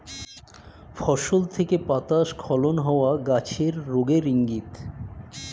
ফসল থেকে পাতা স্খলন হওয়া গাছের রোগের ইংগিত